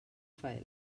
faena